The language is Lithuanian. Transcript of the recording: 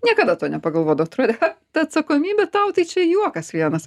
niekada to nepagalvodavau atrodė kad ha ta atsakomybė tau tai čia juokas vienas